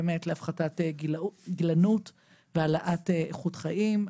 מוכוון באמת להפחתת גילנות והעלאת איכות חיים,